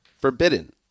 Forbidden